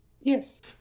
Yes